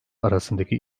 arasındaki